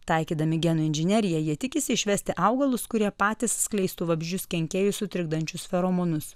taikydami genų inžineriją jie tikisi išvesti augalus kurie patys skleistų vabzdžius kenkėjus sutrikdančius feromonus